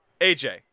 AJ